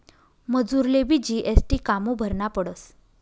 मजुरलेबी जी.एस.टी कामु भरना पडस?